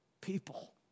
people